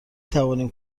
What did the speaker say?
توانیم